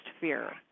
fear